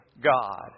God